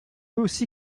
aussi